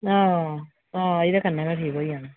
अं अं एह्दे कन्नै गै ठीक होई जाना